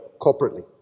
corporately